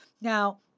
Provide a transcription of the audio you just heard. Now